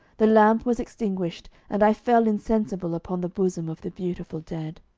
the lamp was extinguished, and i fell insensible upon the bosom of the beautiful dead.